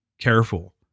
careful